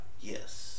Yes